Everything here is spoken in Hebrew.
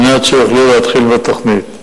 על מנת שיוכלו להתחיל בתוכנית.